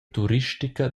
turistica